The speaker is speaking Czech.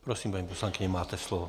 Prosím, paní poslankyně, máte slovo.